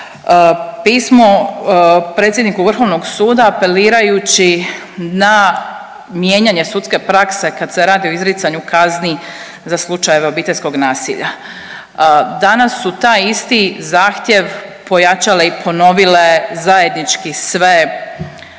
pismo predsjedniku Vrhovnog suda apelirajući na mijenjanje sudske prakse kad se radi o izricanju kazni za slučajeve obiteljskog nasilja. Danas su taj isti zahtjev pojačale i ponovile zajednički sve